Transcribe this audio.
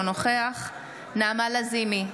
אינו נוכח נעמה לזימי,